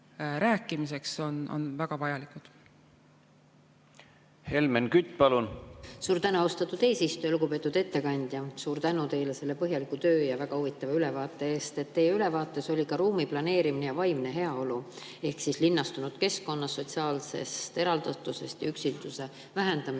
Helmen Kütt, palun! Suur tänu, austatud eesistuja! Lugupeetud ettekandja, suur tänu teile selle põhjaliku töö ja väga huvitava ülevaate eest! Teie ülevaates oli [juttu] ka ruumiplaneerimisest ja vaimsest heaolust ehk linnastunud keskkonnas sotsiaalsest eraldatusest ja üksinduse vähendamisest.